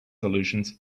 solutions